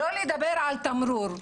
שלא לדבר על תמרור,